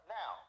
now